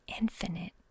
infinite